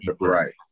Right